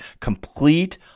complete